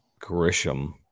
Grisham